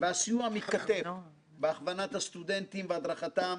והסיוע מיחידת כת"ף והכוונת הסטודנטים והדרכתם